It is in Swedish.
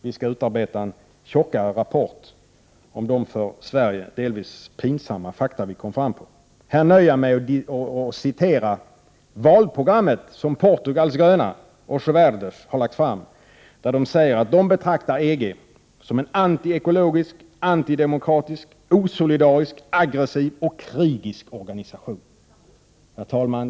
Vi skall utarbeta en tjockare rapport om de för Sverige delvis pinsamma fakta som vi kom fram till. Här nöjer jag mig med att citera valprogrammet som Portugals gröna, Os verdes, har lagt fram. De säger där att de betraktar EG som en antiekologisk, antidemokratisk, osolidarisk, aggressiv och krigisk organisation. Herr talman!